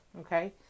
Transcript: okay